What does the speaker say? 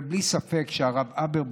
בלי ספק הרב הבר,